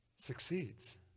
succeeds